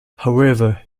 however